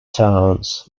towns